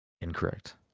Incorrect